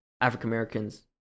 African-Americans